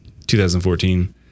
2014